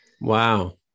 Wow